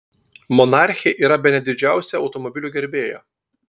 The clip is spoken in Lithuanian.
monarchė yra bene didžiausia automobilių gerbėja